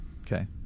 Okay